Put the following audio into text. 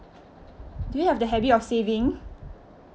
do you have the habit of saving